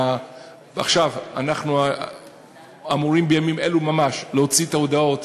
אנחנו אמורים בימים אלה ממש להוציא את ההודעות